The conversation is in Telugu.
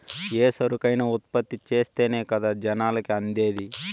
ఏ సరుకైనా ఉత్పత్తి చేస్తేనే కదా జనాలకి అందేది